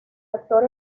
actor